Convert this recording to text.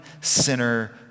sinner